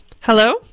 Hello